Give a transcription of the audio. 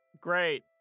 Great